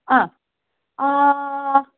ह